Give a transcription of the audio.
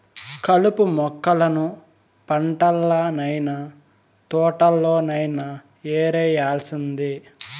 కలుపు మొక్కలను పంటల్లనైన, తోటల్లోనైన యేరేయాల్సిందే